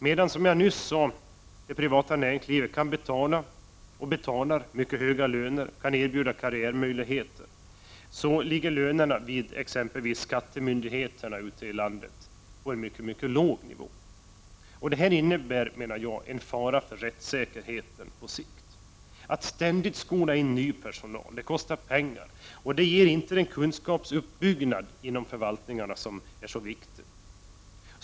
Medan, som jag nyss sade, det privata näringslivet kan betala och betalar mycket höga löner samt kan erbjuda karriärmöjligheter ligger lönerna vid exempelvis skattemyndigheterna ute i landet på en mycket låg nivå. Det innebär, menar jag, en fara för rättssäkerheten på sikt. Att ständigt behöva skola in ny personal kostar pengar och ger inte den kunskapsuppbyggnad inom förvaltningarna som är så viktig.